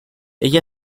ella